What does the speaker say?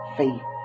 faith